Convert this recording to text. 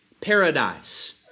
paradise